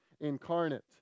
incarnate